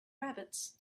rabbits